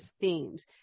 themes